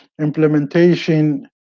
implementation